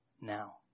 now